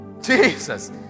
Jesus